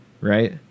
right